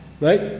right